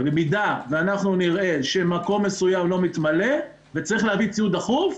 ובמידה שאנחנו נראה שמקום מסוים לא מתמלא וצריך להביא ציוד דחוף,